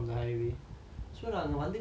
then I was ringing the bell